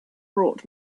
brought